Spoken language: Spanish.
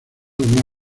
una